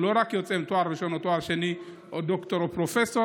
הוא יוצא לא רק עם תואר ראשון או תואר שני או דוקטורט או פרופסורה,